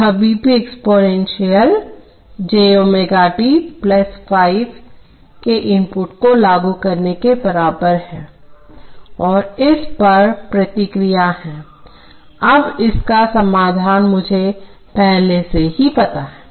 यह V p exponential j ω t ϕ के input को लागू करने के बराबर है और उस पर प्रतिक्रिया है अब इसका समाधान मुझे पहले से ही पता है